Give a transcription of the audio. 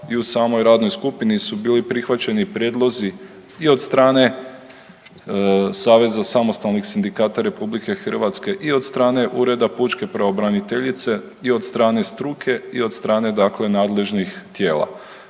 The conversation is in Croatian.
i u samoj radnoj skupini su bili prihvaćeni prijedlozi i od strane Saveza samostalnih sindikata RH i od strane Ureda pučke pravobraniteljice i od strane struke i od strane, dakle nadležnih tijela.